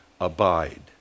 abide